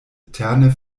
eterne